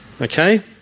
Okay